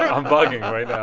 i'm bugging right now.